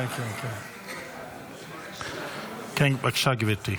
כן, בבקשה, גברתי.